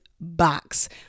box